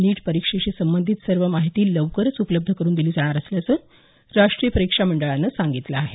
नीट परीक्षेशी संबंधित सर्व माहिती लवकरच उपलब्ध करुन दिली जाणार असल्याचं राष्ट्रीय परीक्षा मंडळानं सांगितलं आहे